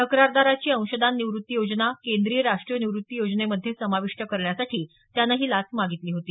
तक्रारदाराची अंशदान निवृत्ती योजना केंद्रीय राष्ट्रीय निवृत्ती योजनेमध्ये समाविष्ट करण्यासाठी त्यानं ही लाच मागितली होती